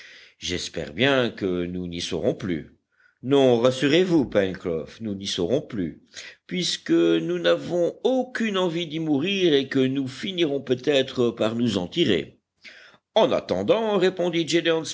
j'espère bien que nous n'y serons plus non rassurez-vous pencroff nous n'y serons plus puisque nous n'avons aucune envie d'y mourir et que nous finirons peutêtre par nous en tirer en attendant répondit